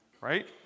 right